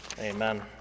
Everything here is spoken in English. Amen